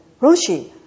Roshi